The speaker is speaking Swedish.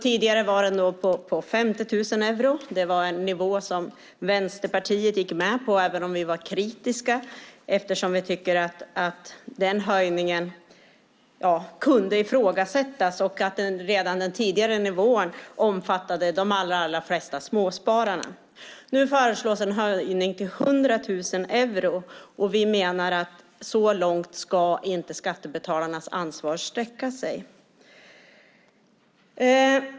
Tidigare var den på 50 000 euro. Det var en nivå som Vänsterpartiet gick med på, även om vi var kritiska eftersom vi tycker att den höjningen kunde ifrågasättas och att redan den tidigare nivån omfattade de allra flesta småsparare. Nu föreslås en höjning till 100 000 euro. Vi menar att skattebetalarnas ansvar inte ska sträcka sig så långt.